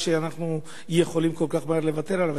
שאנחנו יכולים כל כך מהר לוותר עליו.